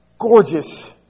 gorgeous